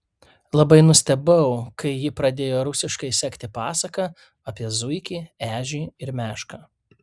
labai nustebau kai ji pradėjo rusiškai sekti pasaką apie zuikį ežį ir mešką